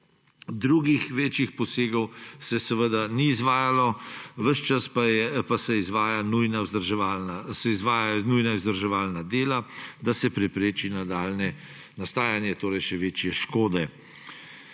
Drugih večjih posegov se seveda ni izvajalo. Ves čas pa se izvajajo nujna vzdrževalna dela, da se prepreči nadaljnje nastajanje še večje škode.